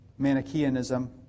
Manichaeanism